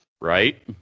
Right